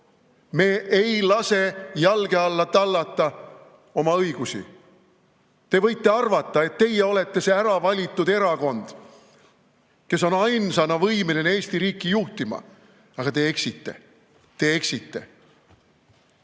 Me ei lase jalge alla tallata oma õigusi. Te võite arvata, et teie olete see äravalitud erakond, kes on ainsana võimeline Eesti riiki juhtima, aga te eksite. Te eksite!